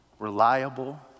reliable